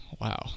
Wow